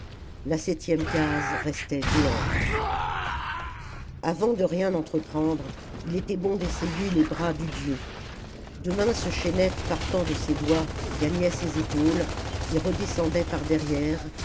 la septième case restait béante avant de rien entreprendre il était bon d'essayer les bras du dieu de minces chaînettes partant de ses doigts gagnaient ses épaules et redescendaient par derrière